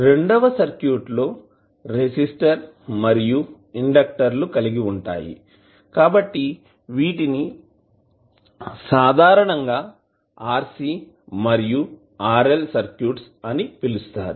రెండవ సర్క్యూట్ లో రెసిస్టర్ మరియు ఇండెక్టర్ లు కలిగి ఉంటాయి కాబట్టి వీటిని సాధారణంగా RC మరియు RL సర్క్యూట్స్ అని పిలుస్తారు